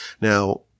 Now